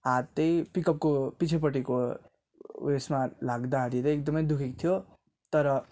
हात चाहिँ पिकअपको पछिपट्टिको उयसमा लाग्दाखेरि चाहिँ एकदमै दुखेको थियो तर